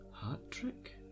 hat-trick